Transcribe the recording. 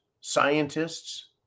scientists